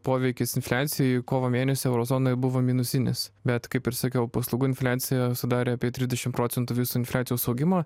poveikis infliacijai kovo mėnesį euro zonoj buvo minusinis bet kaip ir sakiau paslaugų infliacija sudarė apie trisdešim procentų viso infliacijos augimo